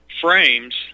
frames